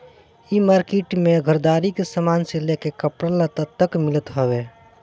इ मार्किट में घरदारी के सामान से लेके कपड़ा लत्ता तक मिलत हवे